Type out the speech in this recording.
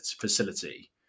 facility